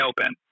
open